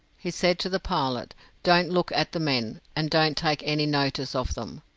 he said to the pilot don't look at the men, and don't take any notice of them.